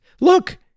look